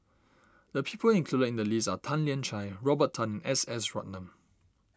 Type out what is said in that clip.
the people included in the list are Tan Lian Chye Robert Tan S S Ratnam